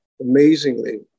amazingly